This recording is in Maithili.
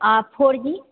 आ फोर जी